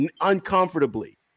uncomfortably